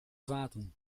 vaten